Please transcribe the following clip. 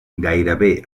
gairebé